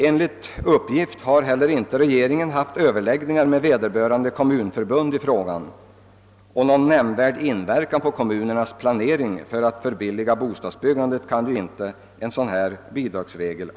Enligt uppgift har regeringen inte heller haft några överläggningar med vederbörande kommunförbund i den frågan. Någon nämnvärd inverkan på kommunernas planering för att förbilliga bostadsbyggandet torde en bidragsregel av detta slag inte ha.